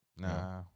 Nah